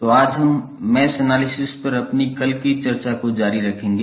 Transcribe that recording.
तो आज हम मैश एनालिसिस पर अपनी कल की चर्चा जारी रखेंगे